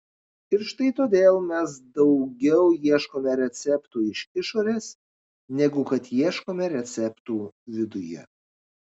ir štai todėl mes daugiau ieškome receptų iš išorės negu kad ieškome receptų viduje